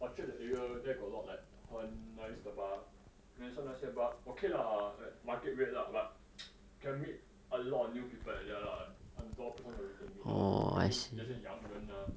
orchard that area there got a lot like 很 nice 的 bar then sometimes the bar okay lah like market rate lah but can met a lot of new people like that lah 很多不同的人可以 meet 可以 meet 那些洋人 lah